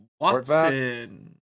Watson